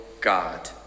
God